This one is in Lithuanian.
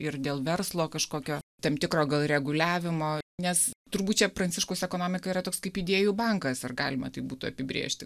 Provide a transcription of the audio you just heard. ir dėl verslo kažkokio tam tikro reguliavimo nes turbūt čia pranciškus ekonomika yra toks kaip idėjų bankas ar galima taip būtų apibrėžti